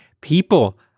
People